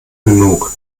genug